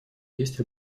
есть